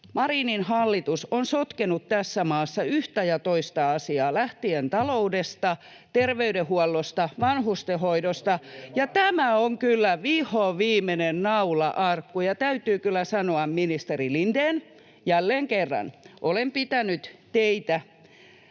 Marinin hallitus on sotkenut tässä maassa yhtä ja toista asiaa lähtien taloudesta, terveydenhuollosta, vanhustenhoidosta, ja tämä on kyllä vihonviimeinen naula arkkuun. Ja täytyy kyllä sanoa, ministeri Lindén, jälleen kerran, että olen pitänyt teitä